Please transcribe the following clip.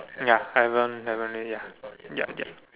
ya haven't haven't yet ya ya ya